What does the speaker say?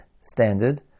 standard